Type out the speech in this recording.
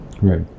right